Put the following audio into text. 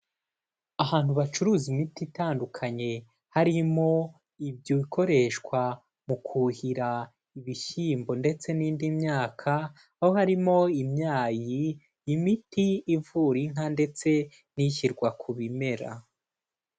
Ahantu bacuruza imiti itandukanye harimo ibyo koreshwa mu kuhira ibishyimbo ndetse n'indi myaka aho harimo imyayi, imiti ivura inka ndetse n'ishyirwa ku bimera.